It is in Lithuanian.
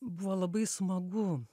buvo labai smagu